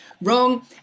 wrong